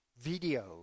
video